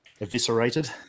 eviscerated